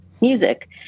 music